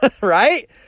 Right